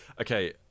okay